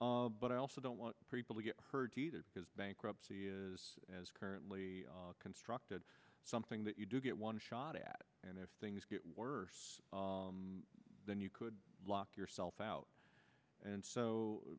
but i also don't want people to get hurt because bankruptcy is as currently constructed something that you do get one shot at and if things get worse then you could lock yourself out and so